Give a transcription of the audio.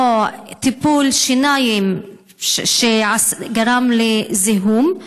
או טיפול שיניים שגרם לזיהום,